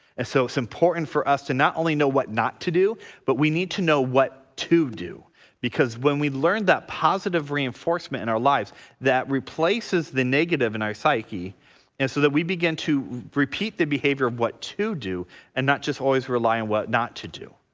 and so it's important for us to not only know what not to do but we need to know what to do because when we learned that positive reinforcement in our lives that replaces the negative in our psyche and so that we begin to repeat the behavior of what to do and not just always rely on what not to do.